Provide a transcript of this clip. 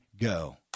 go